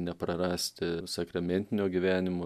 neprarasti sakramentinio gyvenimo